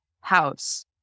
house